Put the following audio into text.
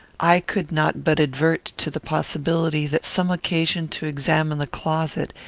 i could not but advert to the possibility that some occasion to examine the closet,